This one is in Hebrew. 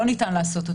לא ניתן לעשות.